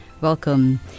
Welcome